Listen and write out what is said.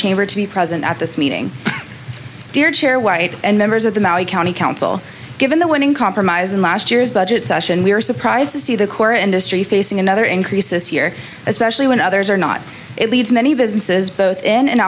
chamber to be present at this meeting dear chair white and members of the maori county council given the winning compromise in last year's budget session we are surprised to see the core industry facing another increase this year especially when others are not it leaves many businesses both in and